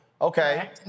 Okay